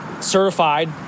certified –